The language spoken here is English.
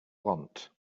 want